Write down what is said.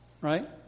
Right